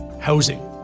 housing